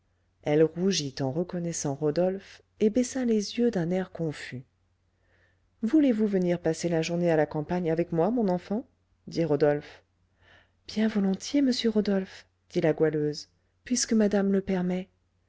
elle rougit en reconnaissant rodolphe et baissa les yeux d'un air confus voulez-vous venir passer la journée à la campagne avec moi mon enfant dit rodolphe bien volontiers monsieur rodolphe dit la goualeuse puisque madame le permet